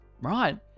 right